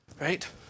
right